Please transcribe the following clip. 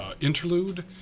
interlude